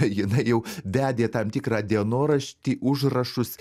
jinai jau vedė tam tikrą dienoraštį užrašus